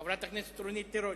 חברת הכנסת רונית תירוש,